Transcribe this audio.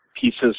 pieces